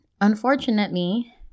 Unfortunately